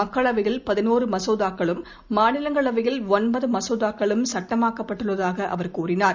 மக்களவையில் பதினோரு மசோதாக்களும் மாநிலங்களவையில் ஒன்பது மசோதாக்களும் சட்டமாக்கப்பட்டுள்ளதாக அவர் தெரிவித்தார்